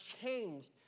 changed